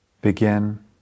Begin